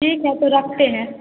ठीक है तो रखते है